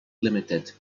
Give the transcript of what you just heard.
limited